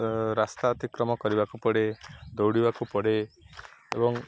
ରାସ୍ତା ଅତିକ୍ରମ କରିବାକୁ ପଡ଼େ ଦୌଡ଼ିବାକୁ ପଡ଼େ ଏବଂ